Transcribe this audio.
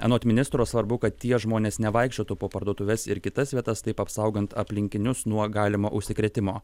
anot ministro svarbu kad tie žmonės nevaikščiotų po parduotuves ir kitas vietas taip apsaugant aplinkinius nuo galimo užsikrėtimo